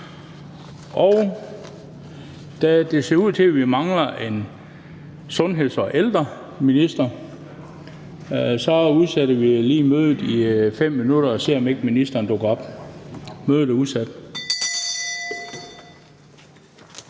Da det ser ud til, at vi mangler en sundheds- og ældreminister, udsætter vi mødet i 5 minutter og ser, om ikke ministeren dukker op. Mødet er udsat.